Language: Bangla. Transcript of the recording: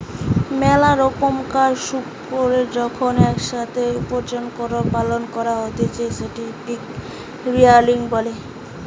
মেলা রোকমকার শুকুরকে যখন এক সাথে উপার্জনের জন্য পালন করা হতিছে সেটকে পিগ রেয়ারিং বলে